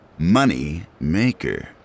Moneymaker